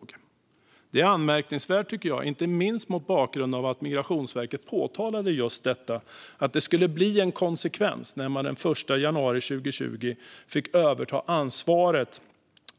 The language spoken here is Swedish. Jag tycker att det är anmärkningsvärt, inte minst mot bakgrund av att Migrationsverket påpekade att det skulle bli en konsekvens när man den 1 januari 2020 fick överta ansvaret